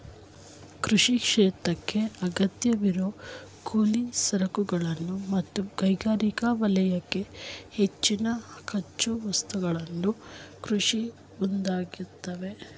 ಕೃಷಿ ಕ್ಷೇತ್ರಕ್ಕೇ ಅಗತ್ಯವಿರುವ ಕೂಲಿ ಸರಕುಗಳನ್ನು ಮತ್ತು ಕೈಗಾರಿಕಾ ವಲಯಕ್ಕೆ ಹೆಚ್ಚಿನ ಕಚ್ಚಾ ವಸ್ತುಗಳನ್ನು ಕೃಷಿ ಒದಗಿಸ್ತದೆ